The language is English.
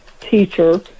teacher